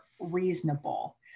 reasonable